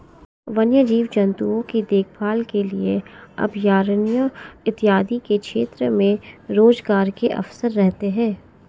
वन्य जीव जंतुओं की देखभाल के लिए अभयारण्य इत्यादि के क्षेत्र में रोजगार के अवसर रहते हैं